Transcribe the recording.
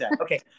Okay